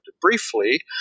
briefly